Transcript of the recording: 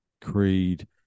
creed